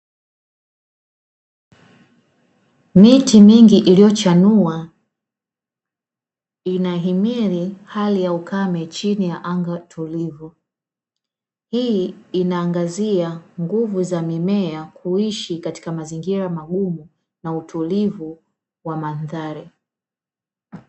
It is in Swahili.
Miti mingi iliyochanua inahimiri hali ya ukame chini ya anga tulivu, hii inaangazia nguvu za mimea kuishi katika mazingira magumu na utulivu wa mandhari.